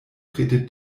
prete